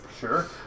Sure